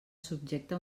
subjecta